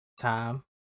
time